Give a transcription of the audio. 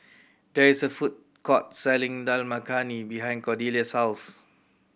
there is a food court selling Dal Makhani behind Cordelia's house